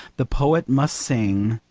the poet must sing,